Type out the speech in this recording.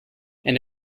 and